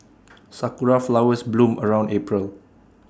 Sakura Flowers bloom around April